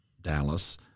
Dallas